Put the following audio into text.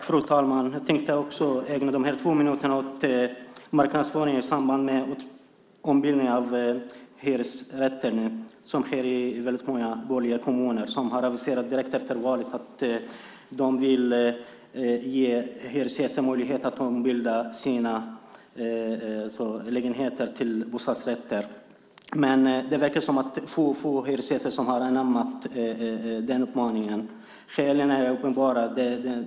Fru talman! Jag tänkte ägna mina två minuter åt marknadsföringen i samband med ombildning av hyresrätter. Många borgerliga kommuner aviserade direkt efter valet att de ville ge hyresgäster möjlighet att ombilda sina lägenheter till bostadsrätter. Men det verkar som att få hyresgäster har hörsammat uppmaningen. Skälen är uppenbara.